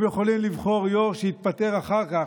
הם יכולים לבחור יו"ר שיתפטר אחר כך,